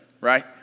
right